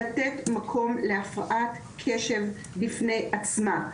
לתת מקום להפרעת קשב בפני עצמה,